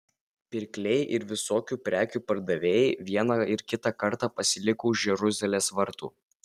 pirkliai ir visokių prekių pardavėjai vieną ir kitą kartą pasiliko už jeruzalės vartų